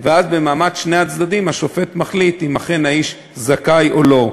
ואז במעמד שני הצדדים השופט מחליט אם אכן האיש זכאי או לא.